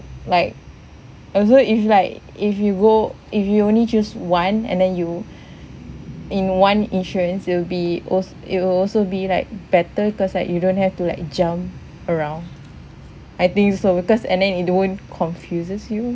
like also if like if you go if you only choose one and then you in one insurance it'll be al~ it will also be like better cause like you don't have to like jump around I think so because and then it won't confuses you